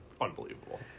unbelievable